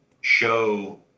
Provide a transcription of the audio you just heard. show